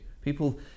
People